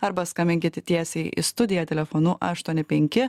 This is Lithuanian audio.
arba skambinkit tiesiai į studiją telefonu aštuoni penki